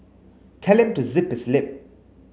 tell him to zip his lip